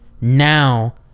Now